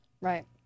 right